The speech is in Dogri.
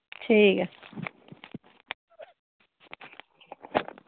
ठीक ऐ